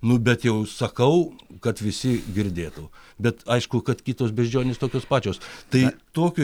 nu bet jau sakau kad visi girdėtų bet aišku kad kitos beždžionės tokios pačios tai tokio